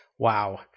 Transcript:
Wow